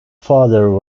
father